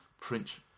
Prince